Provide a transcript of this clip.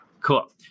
Cool